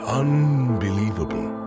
unbelievable